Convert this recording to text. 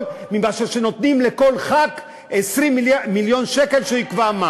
מאשר כשנותנים לכל חבר כנסת 20 מיליון שקל והוא יקבע מה